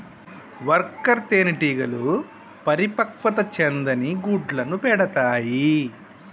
worker తేనెటీగలు పరిపక్వత చెందని గుడ్లను పెడతాయి